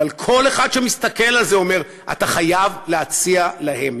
אבל כל אחד שמסתכל על זה אומר: אתה חייב להציע להם.